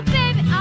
baby